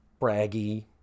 braggy